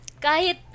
kahit